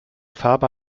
farbe